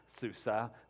Susa